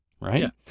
Right